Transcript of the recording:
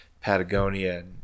Patagonia